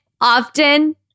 often